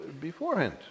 beforehand